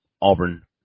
Auburn